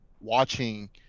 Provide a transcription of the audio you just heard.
watching